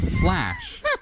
flash